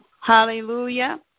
hallelujah